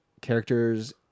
character's